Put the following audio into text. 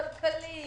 הכלכלית,